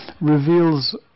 reveals